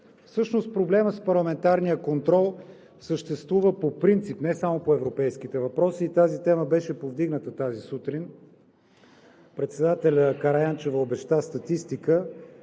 Всъщност проблемът с парламентарния контрол съществува по принцип не само по европейските въпроси и тази тема беше повдигната тази сутрин. Председателят Караянчева обеща статистика.